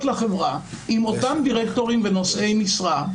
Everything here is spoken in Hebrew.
לחברה עם אותם דירקטורים ונושאי משרה,